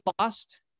lost